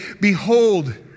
Behold